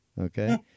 okay